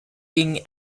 ging